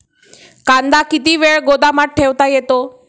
कांदा किती वेळ गोदामात ठेवता येतो?